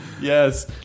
Yes